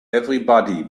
everybody